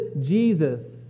Jesus